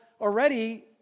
already